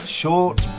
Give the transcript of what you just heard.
short